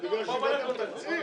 בגלל שהבאתם תקציב?